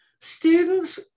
Students